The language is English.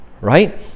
right